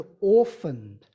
orphaned